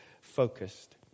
focused